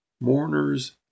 mourners